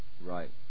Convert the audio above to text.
Right